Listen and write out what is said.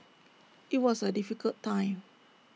IT was A difficult time